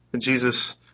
Jesus